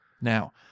Now